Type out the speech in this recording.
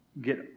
get